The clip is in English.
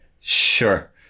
sure